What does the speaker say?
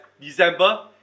December